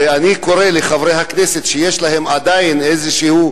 ואני קורא לחברי הכנסת שעדיין יש להם איזשהו